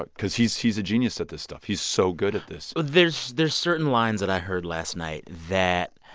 but because he's he's a genius at this stuff. he's so good at this there's there's certain lines that i heard last night that,